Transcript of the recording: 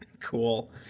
cool